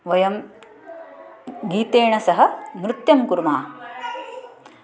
वयं गीतेन सह नृत्यं कुर्मः